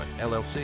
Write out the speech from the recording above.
LLC